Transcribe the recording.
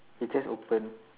it say open